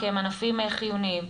כי הם ענפים חיוניים,